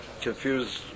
Confused